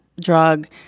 drug